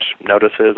notices